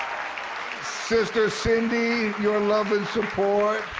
sister cindy, your love and support.